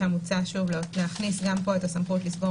שם מוצע להכניס גם פה את הסמכות לסגור